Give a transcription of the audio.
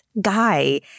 guy